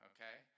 Okay